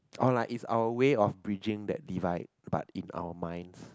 oh like if our way of bridging that divide but in our minds